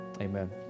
amen